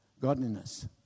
godliness